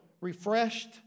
refreshed